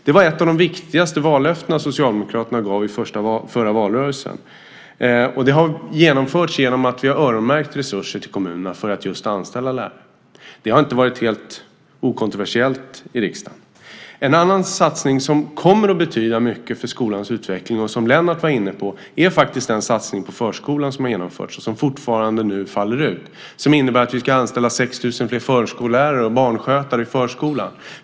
Det var ett av de viktigaste vallöftena från Socialdemokraterna i förra valrörelsen, och det har genomförts genom att vi har öronmärkt resurser till kommunerna för att just anställa lärare. Detta har inte varit helt okontroversiellt i riksdagen. En annan satsning som kommer att betyda mycket för skolans utveckling och som Lennart var inne på är den satsning på förskolan som har gjorts och som fortfarande så att säga faller ut. Den innebär att vi ska anställa 6 000 fler förskollärare och barnskötare i förskolan.